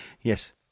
Yes